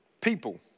people